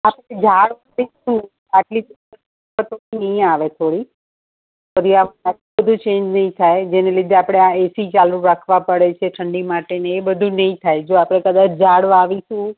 ઝાડ વાવીશું આટલી નહીં આવે થોડી બધું ચેન્જ નહીં થાય જેને લીધે આપણે આ એસી ચાલુ રાખવા પડે છે ઠંડી માટેને એ બધું નહીં થાય તો જો આપણે કદાચ ઝાડ વાવીશું